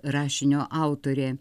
rašinio autorė